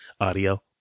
audio